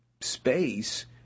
space